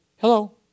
hello